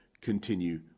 continue